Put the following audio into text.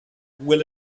will